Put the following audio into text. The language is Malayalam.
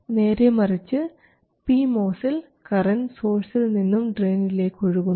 നേരെമറിച്ച് പി മോസിൽ കറൻറ് സോഴ്സിൽ നിന്നും ഡ്രയിനിലേക്ക് ഒഴുകുന്നു